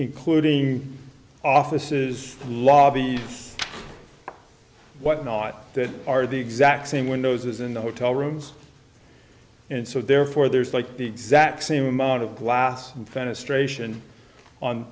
including offices lobby whatnot that are the exact same windows in the hotel rooms and so therefore there's like the exact same amount of glass